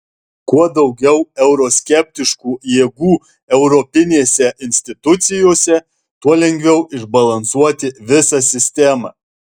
kuo daugiau euroskeptiškų jėgų europinėse institucijose tuo lengviau išbalansuoti visą sistemą